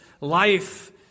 life